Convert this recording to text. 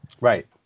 Right